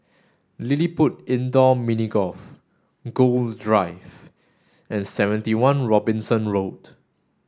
LilliPutt Indoor Mini Golf Gul Drive and seventy one Robinson Road